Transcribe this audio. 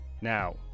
now